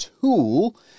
tool